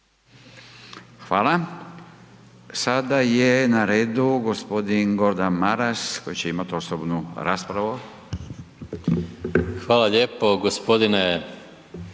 Hvala. Sada je na redu g. Gordan Maras koji će imat osobnu raspravu. **Maras, Gordan